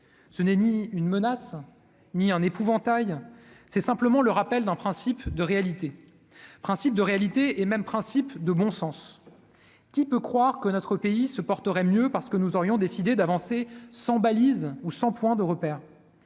ce n'est ni une menace ni un épouvantail, c'est simplement le rappel d'un principe de réalité, principe de réalité et même principe de bon sens qui peut croire que notre pays se porterait mieux parce que nous aurions décidé d'avancer sans balises ou sans point de repère